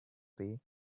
pay